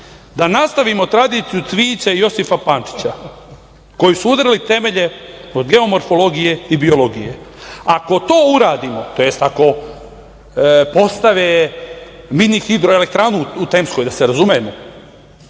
da nastavimo tradiciju Cvijića i Josipa Pančića koji su udarili temelje kod geomorfologije i biologije. Ako to uradimo, tj. ako postave mini hidroelektranu u Temskoj, da se razumemo,